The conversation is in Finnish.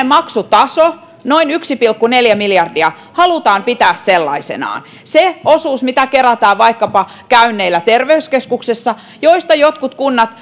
maksutaso noin yksi pilkku neljä miljardia halutaan pitää sellaisenaan se osuus mitä kerätään vaikkapa käynneillä terveyskeskuksessa ja niistä maksuista jotkut kunnat